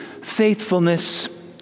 faithfulness